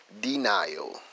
denial